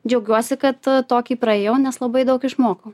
džiaugiuosi kad tokį praėjau nes labai daug išmokau